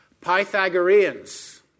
Pythagoreans